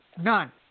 None